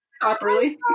properly